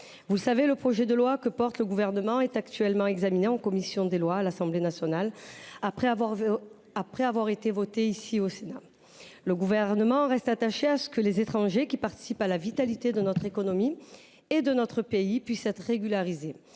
Vous savez, le projet de loi Immigration que défend le Gouvernement est actuellement examiné par la commission des lois à l’Assemblée nationale, après avoir été voté ici au Sénat. Le Gouvernement reste attaché à ce que les étrangers qui contribuent à la vitalité de notre économie et de notre pays puissent être régularisés,